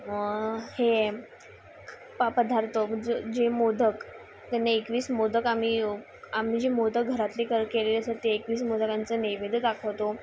हे हे पधार्त जे मोदक त्यांनी एकवीस मोदक आम्ही आम्ही जे मोदक घरातली कर केलेली असतात ते एकवीस मोदकांचं नैवेद दाखवतो